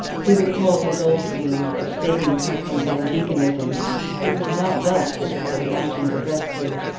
he recalled his old dreams of saving her from van degenism it was not thus that he had imagined the rescue.